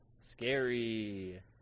Scary